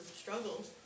struggles